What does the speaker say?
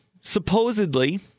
supposedly